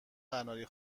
قناری